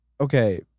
okay